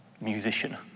musician